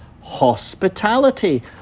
hospitality